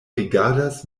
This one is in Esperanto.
rigardas